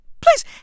Please